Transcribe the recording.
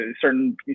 certain